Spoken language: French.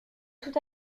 tout